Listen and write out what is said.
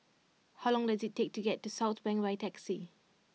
how long does it take to get to Southbank by taxi